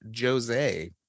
Jose